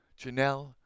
Janelle